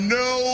no